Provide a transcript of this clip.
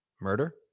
murder